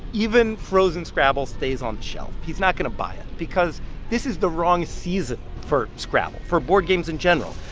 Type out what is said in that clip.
even frozen scrabble stays on the shelf. he's not going to buy it because this is the wrong season for scrabble for board games in general.